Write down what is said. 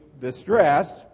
distressed